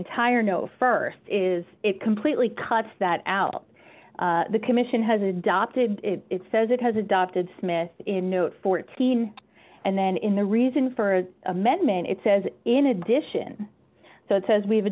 entire no st is it completely cuts that out the commission has adopted it says it has adopted smith in new fourteen and then in the reason for amendment it says in addition so it says we've